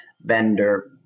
vendor